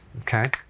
okay